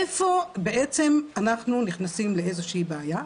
איפה בעצם אנחנו נכנסים לאיזו שהיא בעיה?